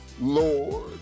Lord